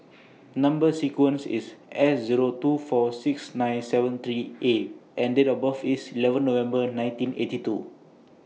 Number sequence IS S Zero two four six nine seven three A and Date of birth IS eleven November nineteen eighty two